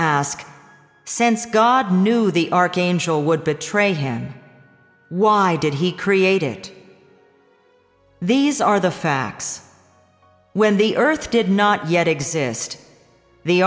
ask since god knew the archangel would betray him why did he create these are the facts when the earth did not yet exist the